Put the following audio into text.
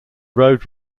road